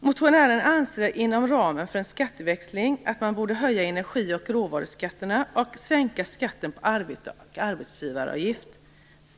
Motionärerna anser att man inom ramen för en skatteväxling borde höja energioch råvaruskatter och sänka skatterna på arbete och arbetsgivaravgiften.